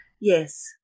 Yes